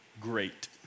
great